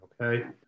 Okay